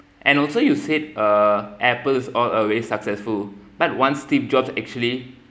and also you said uh Apple's all a very successful but once steve jobs actually